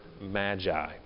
magi